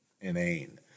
inane